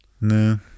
No